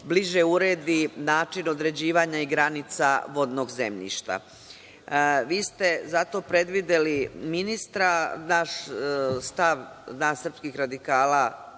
bliže uredi način određivanja i granica vodnog zemljišta. Vi ste za to predvideli ministra. Naš stav, nas srpskih radikala,